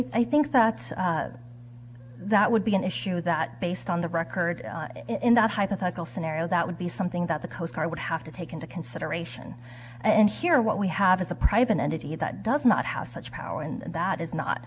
i think that that would be an issue that based on the record in that hypothetical scenario that would be something that the coast i would have to take into consideration and hear what we have is a private entity that does not house such power and that is not